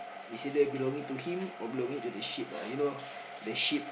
is either belonging to him or belonging to the sheep ah you know the sheep